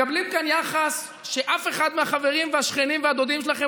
מקבלים כאן יחס שאף אחד מהחברים והשכנים והדודים שלכם